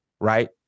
right